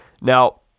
Now